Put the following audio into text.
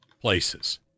places